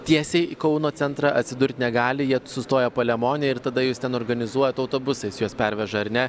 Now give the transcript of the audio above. tiesiai į kauno centrą atsidurt negali jie sustoja palemone ir tada jūs ten organizuojat autobusais juos perveža ar ne